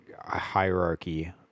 hierarchy